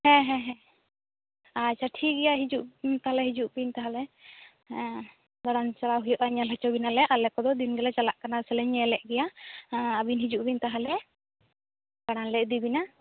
ᱦᱮᱸ ᱦᱮᱸ ᱟᱪᱪᱷᱟ ᱴᱷᱤᱠ ᱜᱮᱭᱟ ᱦᱤᱡᱩᱜ ᱛᱟᱦᱚᱞᱮ ᱦᱤᱡᱩᱝ ᱵᱤᱱ ᱛᱟᱦᱚᱞᱮ ᱮᱸ ᱫᱟᱲᱟᱱ ᱪᱟᱞᱟᱜ ᱦᱩᱭᱩᱜᱼᱟ ᱧᱮᱞ ᱦᱚᱪᱚ ᱵᱤᱱᱟᱞᱮ ᱟᱞᱮ ᱠᱚᱫᱚ ᱫᱤᱱ ᱜᱮᱞᱮ ᱪᱟᱞᱟᱜ ᱠᱟᱱᱟ ᱥᱮᱞᱮ ᱧᱮᱞᱮᱫ ᱜᱮᱭᱟ ᱟᱹᱵᱤᱱ ᱦᱤᱡᱩᱜ ᱵᱤᱱ ᱛᱟᱦᱚᱞᱮ ᱫᱟᱲᱟᱱ ᱞᱮ ᱤᱫᱤ ᱵᱮᱱᱟ